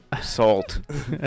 salt